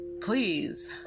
Please